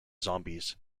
zombies